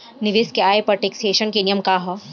निवेश के आय पर टेक्सेशन के नियम का ह?